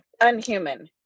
unhuman